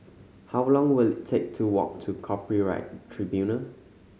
how long will it take to walk to Copyright Tribunal